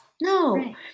no